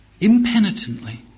impenitently